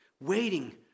Waiting